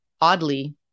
oddly